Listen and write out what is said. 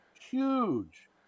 huge